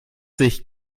sich